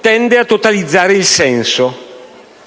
tende a totalizzare il senso.